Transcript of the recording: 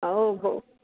ओ हो